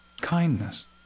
Kindness